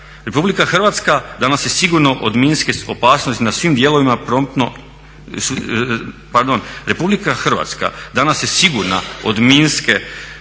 Republika Hrvatska danas je sigurno od minske opasnosti na svim dijelovima promptno, pardon. Republika Hrvatska danas je sigurna od minske